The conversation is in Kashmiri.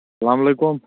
السلام علیکُم